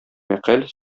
мәкаль